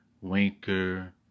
Winker